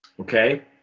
Okay